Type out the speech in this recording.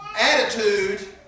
Attitude